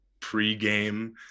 pre-game